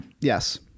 Yes